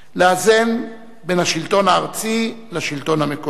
לאזן בין השלטון הארצי לשלטון המקומי.